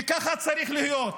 וככה צריך להיות,